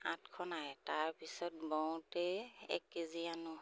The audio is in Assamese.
আঠখন আহে তাৰপিছত বওঁতে এক কেজি আনো